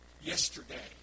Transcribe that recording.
yesterday